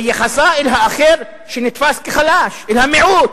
ביחסה אל האחר שנתפס כחלש, אל המיעוט.